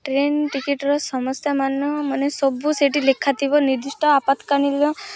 train ଟିକେଟ୍ର ସମସ୍ୟାମାନ ମାନେ ସବୁ ସେଇଠି ଲେଖା ଥିବ ନିର୍ଦ୍ଧିଷ୍ଠ ଆପାତ୍କାଳୀନ